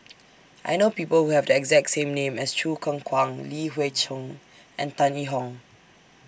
I know People Who Have The exact name as Choo Keng Kwang Li Hui Cheng and Tan Yee Hong